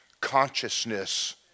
consciousness